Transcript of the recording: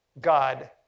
God